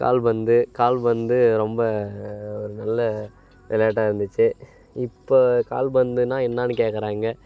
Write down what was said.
கால்பந்து கால்பந்து ரொம்ப ஒரு நல்ல விளையாட்டா இருந்துச்சு இப்போ கால்பந்துனா என்னானு கேட்கறாங்க